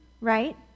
right